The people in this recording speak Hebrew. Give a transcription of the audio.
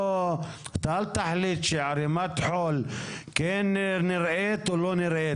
אל תחליט שערמת חול כן נראית או לא נראית.